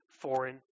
foreign